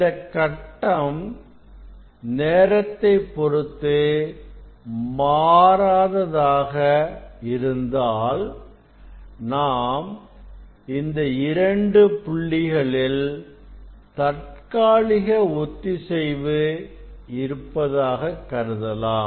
இந்த கட்டம் நேரத்தைப் பொறுத்து மாறாததாக இருந்தாள் நாம் இந்த இரண்டு புள்ளிகளில் தற்காலிக ஒத்திசைவு இருப்பதாக கருதலாம்